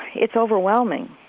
it's overwhelming